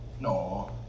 No